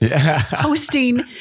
hosting